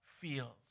feels